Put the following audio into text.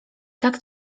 tak